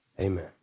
Amen